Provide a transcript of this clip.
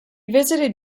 visited